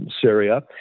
Syria